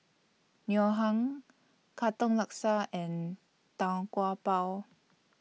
Ngoh Hiang Katong Laksa and Tau Kwa Pau